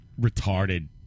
retarded